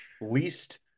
least